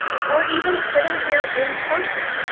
or even sitting here in person.